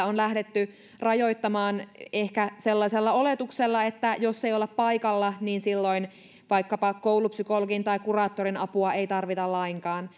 on lähdetty rajoittamaan ehkä sellaisella oletuksella että jos ei olla paikalla niin silloin vaikkapa koulupsykologin tai kuraattorin apua ei tarvita lainkaan